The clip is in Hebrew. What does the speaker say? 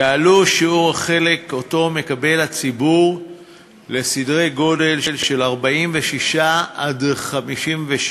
יעלה השיעור שהציבור מקבל לסדרי גודל של 46% 55%,